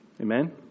Amen